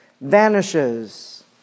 vanishes